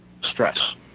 stress